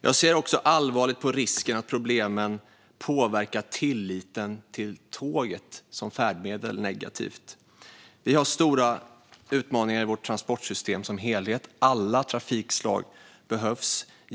Jag ser också allvarligt på risken att problemen påverkar tilliten till tåget som färdmedel negativt. Vi har stora utmaningar i vårt transportsystem som helhet. Alla trafikslag behövs.